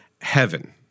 heaven